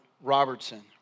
Robertson